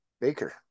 Baker